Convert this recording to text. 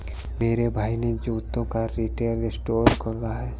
मेरे भाई ने जूतों का रिटेल स्टोर खोला है